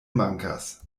mankas